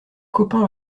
copains